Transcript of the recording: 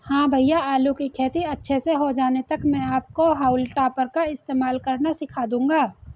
हां भैया आलू की खेती अच्छे से हो जाने तक मैं आपको हाउल टॉपर का इस्तेमाल करना सिखा दूंगा